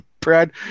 Brad